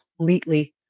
completely